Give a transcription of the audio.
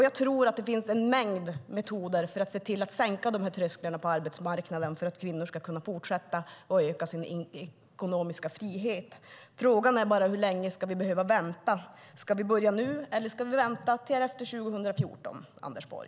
Jag tror att det finns en mängd metoder för att sänka trösklarna på arbetsmarknaden för att kvinnor ska kunna fortsätta öka sin ekonomiska frihet. Frågan är bara hur länge vi ska behöva vänta. Ska vi börja nu, eller ska vi vänta till efter 2014, Anders Borg?